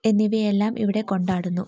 എന്നിവയെല്ലാം ഇവിടെ കൊണ്ടാടുന്നു